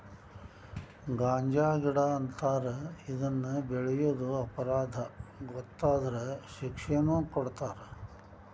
ಗಾಂಜಾಗಿಡಾ ಅಂತಾರ ಇದನ್ನ ಬೆಳಿಯುದು ಅಪರಾಧಾ ಗೊತ್ತಾದ್ರ ಶಿಕ್ಷೆನು ಕೊಡತಾರ